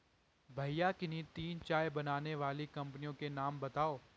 भैया किन्ही तीन चाय बनाने वाली कंपनियों के नाम बताओ?